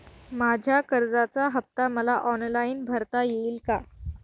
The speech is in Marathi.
माझ्या कर्जाचा हफ्ता मला ऑनलाईन भरता येईल का?